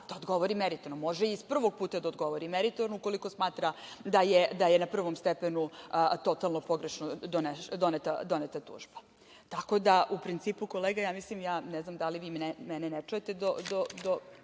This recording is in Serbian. da odgovori meritorno. Može i iz prvog puta da odgovori meritorno, ukoliko smatra da je na prvom stepenu totalno pogrešno doneta tužba. Tako da, u principu kolega, ja ne znam da li vi mene ne čujete do